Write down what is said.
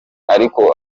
ariko